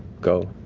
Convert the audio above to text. go.